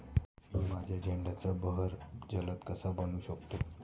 मी माझ्या झेंडूचा बहर जलद कसा बनवू शकतो?